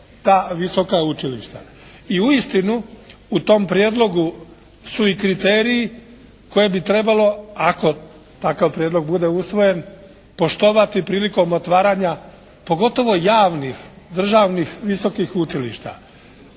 I uistinu u tom prijedlogu su i kriteriji koje bi trebalo ako takav prijedlog bude usvojen poštovati prilikom otvaranja pogotovo javnih, državnih, visokih učilišta,